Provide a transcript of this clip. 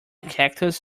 cactus